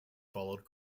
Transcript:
followed